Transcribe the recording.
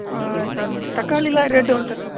ஆ sir தக்காளியெலாம் rate எவ்வளோ sir kilo